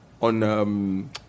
on